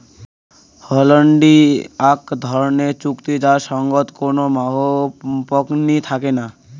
হুন্ডি আক ধরণের চুক্তি যার সঙ্গত কোনো মাহও পকনী থাকে নাই